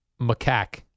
Macaque